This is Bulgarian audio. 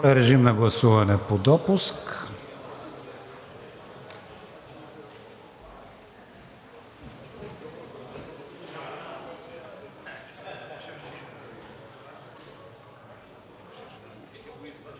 режим на гласуване по допуск.